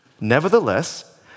Nevertheless